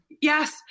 Yes